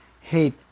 hate